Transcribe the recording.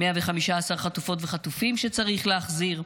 115 חטופות וחטופים שצריך להחזיר,